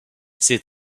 ses